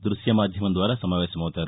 దృశ్య మాధ్యమం ద్వారా సమావేశమవుతారు